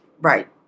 Right